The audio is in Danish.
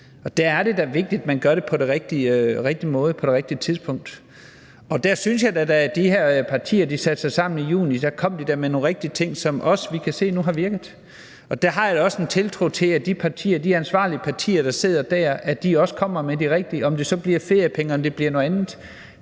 Og der er det da vigtigt, at man gør det på den rigtige måde og på det rigtige tidspunkt. Og da de her partier satte sig sammen i juni, kom de med nogle rigtige ting, synes jeg, som vi også kan se nu har virket. Og der har jeg da også en tiltro til, at de ansvarlige partier, der sidder der, også kommer med det rigtige. Om det så bliver feriepenge eller det bliver noget andet,